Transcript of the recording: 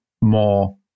more